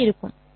சரி